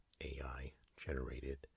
AI-generated